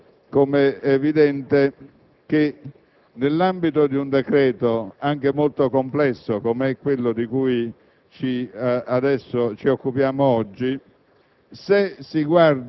È ben vero, com'è evidente, che, nell'ambito di un decreto - anche molto complesso, com'è quello di cui ci occupiamo oggi